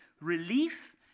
relief